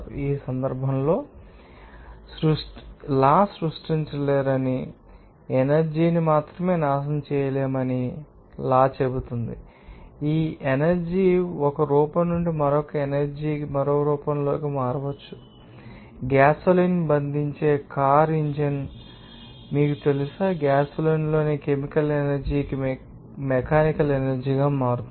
ఈ సందర్భంలో మీరు లా సృష్టించలేరని లేదా మీకు తెలుసని ఎనర్జీ ని మాత్రమే నాశనం చేయలేమని ఈ లా చెబుతుంది మీరు ఈ ఎనర్జీ ని ఒక రూపం నుండి మరొక ఎనర్జీ కి మరొక రూపంలోకి మార్చవచ్చు మీలాగే గ్యాసోలిన్ను బంధించే కార్ ఇంజిన్ ఇది మారుస్తుంది మీకు తెలుసా గ్యాసోలిన్లోని కెమికల్ ఎనర్జీ మెకానికల్ ఎనర్జీ గా మారుతుంది